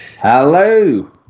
Hello